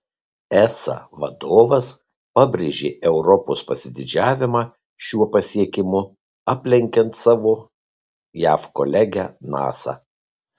esa vadovas pabrėžė europos pasididžiavimą šiuo pasiekimu aplenkiant savo jav kolegę nasa